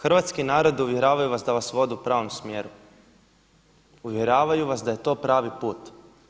Hrvatski narod, uvjeravaju vas da vas vode u pravom smjeru, uvjeravaju vas da je to pravi put.